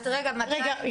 רגע,